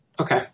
Okay